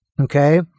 okay